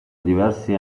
diversi